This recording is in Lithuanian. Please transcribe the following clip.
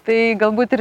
tai galbūt ir